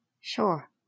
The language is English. Sure